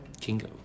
Kingo